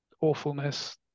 awfulness